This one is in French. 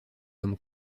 comme